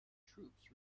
troops